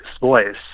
voice